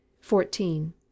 fourteen